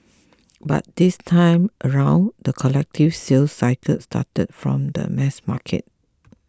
but this time around the collective sales cycle started from the mass market